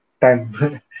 time